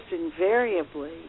invariably